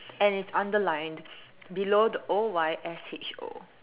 and it's underlined below the O Y S H O